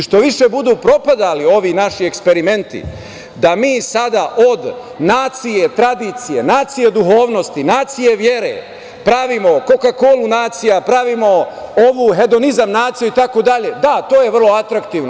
Što više budu propadali ovi naši eksperimenti da mi sada od nacije, tradicije, nacije duhovnosti, nacije vere pravimo „Koka-kolu“ nacija, pravimo ovu hedonizam naciju itd, da, to je vrlo atraktivno.